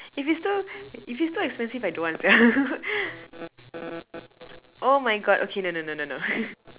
if it's too if it's too expensive I don't want sia oh my God okay no no no no no